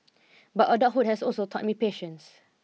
but adulthood has also taught me patience